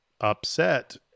upset